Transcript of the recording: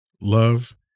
love